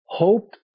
hoped